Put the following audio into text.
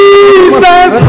Jesus